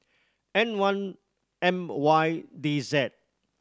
N one M Y D Z